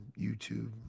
YouTube